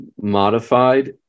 modified